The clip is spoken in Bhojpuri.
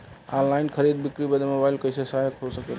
ऑनलाइन खरीद बिक्री बदे मोबाइल कइसे सहायक हो सकेला?